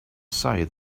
say